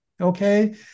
Okay